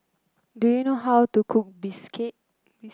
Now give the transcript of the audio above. do you know how to cook bistake